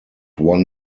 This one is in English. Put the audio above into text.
won